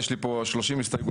יש לי פה 30 הסתייגויות,